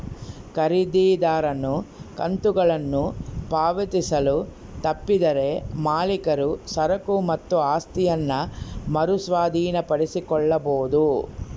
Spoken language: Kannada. ಖರೀದಿದಾರನು ಕಂತುಗಳನ್ನು ಪಾವತಿಸಲು ತಪ್ಪಿದರೆ ಮಾಲೀಕರು ಸರಕು ಮತ್ತು ಆಸ್ತಿಯನ್ನ ಮರು ಸ್ವಾಧೀನಪಡಿಸಿಕೊಳ್ಳಬೊದು